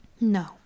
no